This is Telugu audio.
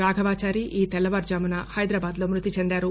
రాఘవచారి ఈ తెల్లవారుజామున హైదరాబాద్లో మృతి చెందారు